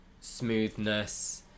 smoothness